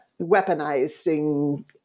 weaponizing